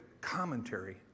commentary